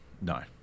no